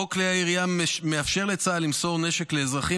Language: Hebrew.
חוק כלי הירייה מאפשר לצה"ל למסור נשק לאזרחים